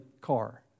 car